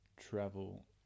Travel